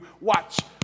watch